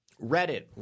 Reddit